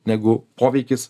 negu poveikis